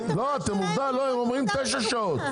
הם אומרים 9 שעות.